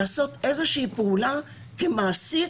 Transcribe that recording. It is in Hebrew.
לעשות איזושהי פעולה כמעסיק,